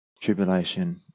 Tribulation